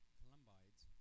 columbides